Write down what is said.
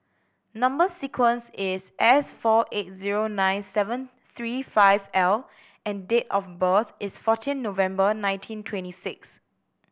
number sequence is S four eight zero nine seven three five L and date of birth is fourteen November nineteen twenty six